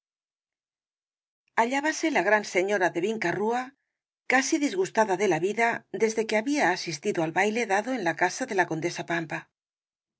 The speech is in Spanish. xii hallábase la gran señora de vinca rúa casi disgustada de la vida desde que había asistido al baile dado en la casa de la condesa pampa